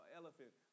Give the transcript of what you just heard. elephant